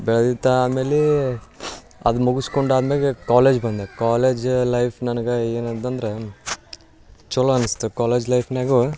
ಬೆಳ್ದಿತ್ತು ಆಮೇಲೆ ಅದು ಮುಗಿಸ್ಕೊಂಡ್ ಆದ ಮ್ಯಾಲೆ ಕಾಲೇಜ್ ಬಂದೆ ಕಾಲೇಜ್ ಲೈಫ್ ನನಗೆ ಏನಂತಂದ್ರೆ ಚೊಲೋ ಅನ್ಸ್ತೆ ಕಾಲೇಜ್ ಲೈಫ್ನಾಗೂ